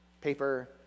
Paper